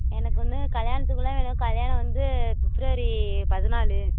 எனக்கு வந்து கல்யாணத்துக்குள்ளே வேணும் கல்யாணம் வந்து பிப்ரவரி பதினாலு